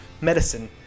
Medicine